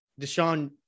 Deshaun